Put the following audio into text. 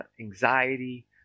anxiety